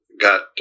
got